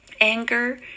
Anger